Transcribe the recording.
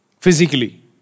Physically